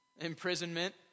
imprisonment